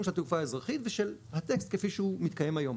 של התעופה האזרחית ושל הטקסט כפי שהוא מתקיים היום.